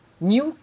New